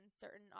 certain